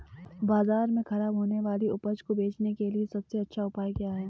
बाजार में खराब होने वाली उपज को बेचने के लिए सबसे अच्छा उपाय क्या है?